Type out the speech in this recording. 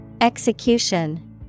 Execution